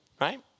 Right